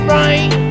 right